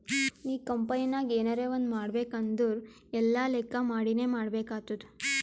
ನೀ ಕಂಪನಿನಾಗ್ ಎನರೇ ಒಂದ್ ಮಾಡ್ಬೇಕ್ ಅಂದುರ್ ಎಲ್ಲಾ ಲೆಕ್ಕಾ ಮಾಡಿನೇ ಮಾಡ್ಬೇಕ್ ಆತ್ತುದ್